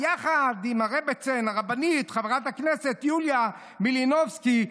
יחד עם הרבעצן הרבנית חברת הכנסת יוליה מלינובסקי,